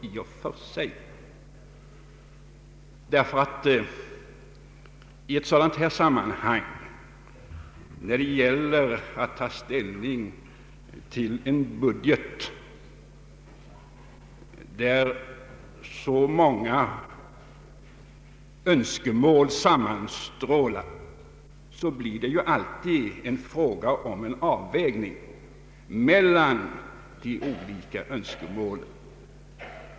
I ett sådant här sammanhang när det gäller att ta ställning till en budget där så många önskemål sammanstrålar blir det alltid en fråga om avvägning mellan de olika önskemålen.